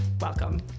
welcome